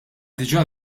diġà